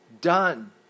Done